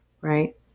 right